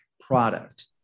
product